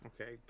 Okay